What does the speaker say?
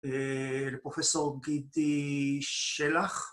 לפרופסור גידי שלח.